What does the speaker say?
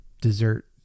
dessert